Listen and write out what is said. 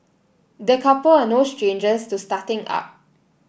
the couple are no strangers to starting up